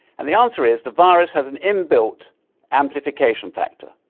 and the answer is the virus has an inbuilt amplification factor.